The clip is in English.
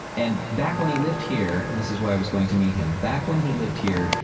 and back when he lived here, and this is why i was going to meet him, back when he lived here,